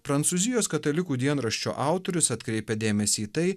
prancūzijos katalikų dienraščio autorius atkreipia dėmesį į tai